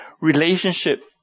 relationship